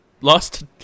lost